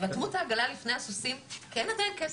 רתמו את העגלה לפני הסוסים כי עדיין אין כסף,